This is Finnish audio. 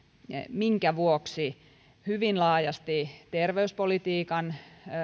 minkä vuoksi hyvin laajasti terveyspolitiikan